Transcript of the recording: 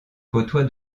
côtoie